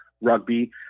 rugby